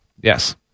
Yes